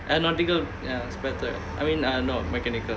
aeronautical ya it's better I mean ah no mechanical